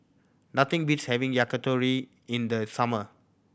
nothing beats having Yakitori in the summer